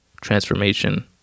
transformation